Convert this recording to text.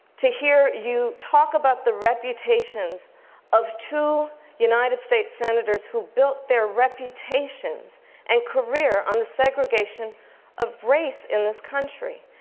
to hear you talk about the reputations of two united states senators who built their reputations and career on the segregation of race in this country.